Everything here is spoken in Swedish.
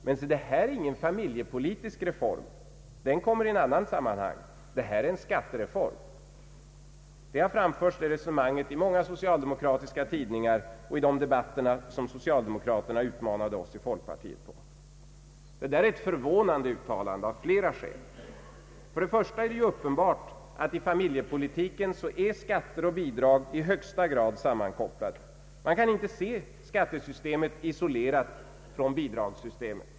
Men se, det här är ingen familjepolitisk reform — den kommer i ett annat sammanhang. Det här är en skattereform.” Detta resonemang har framförts i många socialdemokratiska tidningar och i de debatter som socialdemokraterna utmanat oss i folkpartiet till. Det är ett förvånande uttalande av flera skäl. För det första är det uppenbart att i familjepolitiken är skatter och bidrag i högsta grad sammankopplade. Man kan inte se skattesystemet isolerat från bidragssystemet.